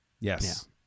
yes